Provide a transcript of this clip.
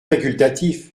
facultatif